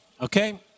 okay